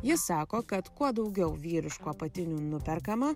jis sako kad kuo daugiau vyriškų apatinių nuperkama